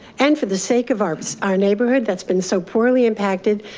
and for the sake of our our neighborhood that's been so poorly impacted,